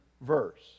verse